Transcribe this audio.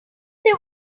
they